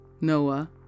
Noah